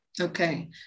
Okay